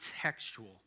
textual